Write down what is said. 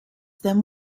them